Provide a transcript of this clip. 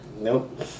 Nope